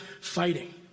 fighting